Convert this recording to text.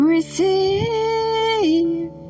Receive